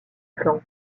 plan